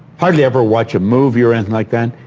hardly ever watch a movie or anything like that,